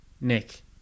Nick